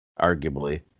arguably